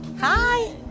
Hi